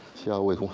she always wants.